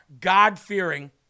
God-fearing